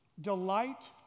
Delight